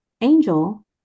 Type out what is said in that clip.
Angel